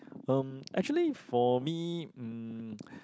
um actually for me um